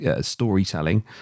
storytelling